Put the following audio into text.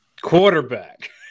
Quarterback